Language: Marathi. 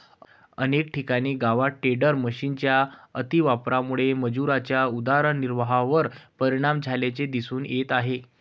अनेक ठिकाणी गवत टेडर मशिनच्या अतिवापरामुळे मजुरांच्या उदरनिर्वाहावर परिणाम झाल्याचे दिसून येत आहे